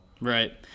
right